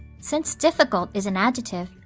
since difficult is an adjective,